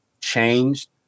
changed